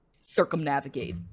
circumnavigate